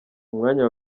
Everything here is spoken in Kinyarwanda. umwanya